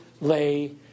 lay